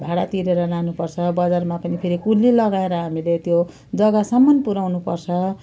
भाडा तिरेर लानुपर्छ बजारमा पनि फेरि कुल्ली लगाएर हामीले त्यो जग्गासम्म पुर्याउनु पर्छ